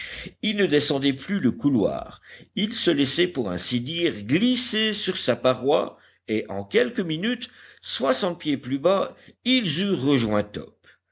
ils ne descendaient plus le couloir ils se laissaient pour ainsi dire glisser sur sa paroi et en quelques minutes soixante pieds plus bas ils eurent rejoint top